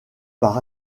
par